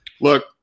Look